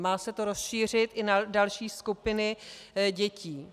Má se to rozšířit i na další skupiny dětí.